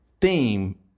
theme